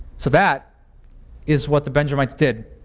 so that is what the benjamites did.